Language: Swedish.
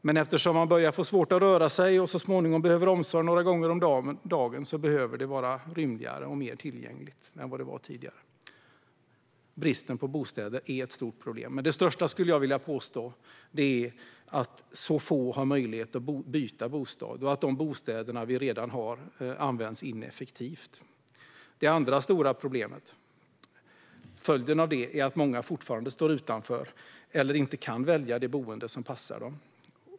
Men eftersom man börjar få svårt att röra sig och så småningom behöver omsorg några gånger om dagen behöver bostaden vara rymligare och tillgängligare än tidigare. Bristen på bostäder är ett stort problem. Men det största, skulle jag vilja påstå, är att så få har möjlighet att byta bostad och att de bostäder vi redan har används ineffektivt. Det andra stora problemet - som är följden - är att många fortfarande står utanför eller inte kan välja det boende som passar dem.